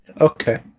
okay